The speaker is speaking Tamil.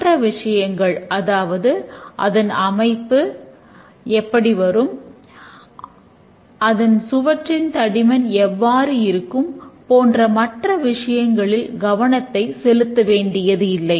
மற்ற விஷயங்கள் அதாவது அதன் அமைப்பு எப்படி வரும் அந்த சுவற்றின் தடிமன் எவ்வாறு இருக்கும் போன்ற மற்ற விஷயங்களில் கவனத்தை செலுத்த வேண்டியதில்லை